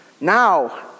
Now